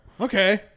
Okay